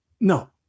no